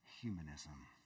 humanism